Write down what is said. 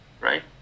right